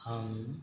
आं